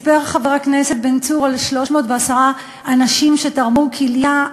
סיפר חבר הכנסת בן צור על 310 אנשים שתרמו כליה,